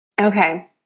Okay